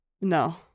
no